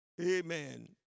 Amen